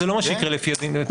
זה לא מה שיקרה לפי הדין בתקנות,